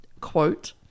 quote